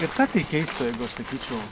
ir ką tei keistų jeigu aš sakyčiau